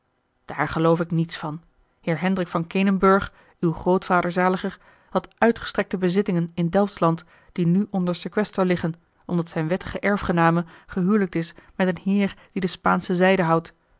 daar geloof ik niets van heer hendrik van kenenburg uw grootvader zaliger had uitgestrekte bezittingen in elftsland die nu onder sequester liggen omdat zijne wettige erfgename gehijlikt is met een heer die de spaansche zijde houdt